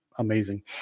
amazing